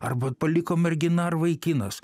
arba paliko mergina ar vaikinas